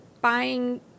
buying